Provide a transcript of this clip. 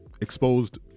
Exposed